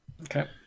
Okay